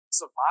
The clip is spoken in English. Survive